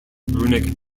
runic